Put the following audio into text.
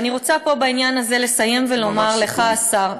אני רוצה בעניין הזה לסיים ולומר לך, השר,